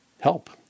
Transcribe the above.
help